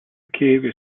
cave